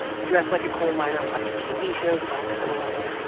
he dressed like a coal miner, watched tv shows about coal.